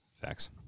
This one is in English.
Facts